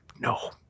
No